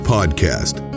Podcast